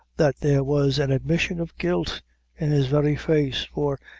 that there was an admission of guilt in his very face, for,